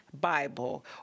Bible